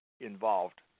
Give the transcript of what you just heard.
involved